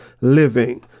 living